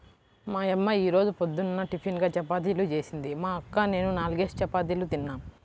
మా యమ్మ యీ రోజు పొద్దున్న టిపిన్గా చపాతీలు జేసింది, మా అక్క నేనూ నాల్గేసి చపాతీలు తిన్నాం